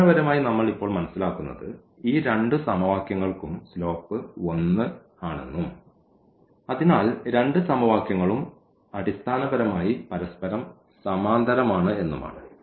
അടിസ്ഥാനപരമായി നമ്മൾ ഇപ്പോൾ മനസിലാക്കുന്നത് ഈ രണ്ടു സമവാക്യങ്ങൾക്കും സ്ലോപ് 1 ആണെന്നും അതിനാൽ രണ്ട് സമവാക്യങ്ങളും അടിസ്ഥാനപരമായി പരസ്പരം സമാന്തരമാണ് എന്നുമാണ്